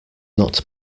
not